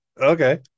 okay